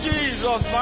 Jesus